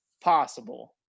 possible